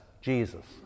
Jesus